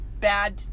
Bad